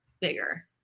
bigger